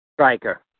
Striker